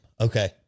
okay